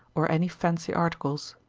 or any fancy articles.